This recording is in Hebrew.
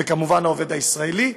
וכמובן, העובד הישראלי.